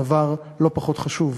דבר לא פחות חשוב.